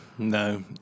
No